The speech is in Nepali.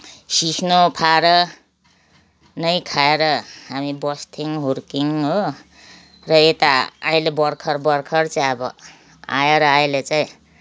सिस्नो फापर नै खाएर हामी बस्थ्यौँ हुर्क्यौँ हो र यता अहिले भर्खर भर्खर चाहिँ अब आएर अहिले चाहिँ